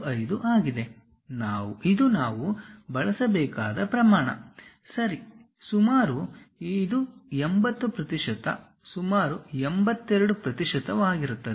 8165 ಆಗಿದೆ ಇದು ನಾವು ಬಳಸಬೇಕಾದ ಪ್ರಮಾಣ ಸರಿ ಸುಮಾರು ಇದು 80 ಪ್ರತಿಶತ ಸುಮಾರು 82 ಪ್ರತಿಶತವಾಗಿರುತ್ತದೆ